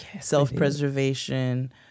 self-preservation